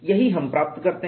यही हम प्राप्त करते हैं